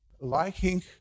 liking